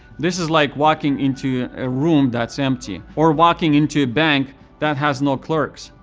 this is like walking into a room that's empty. or walking into a bank that has no clerks.